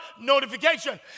notification